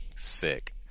sick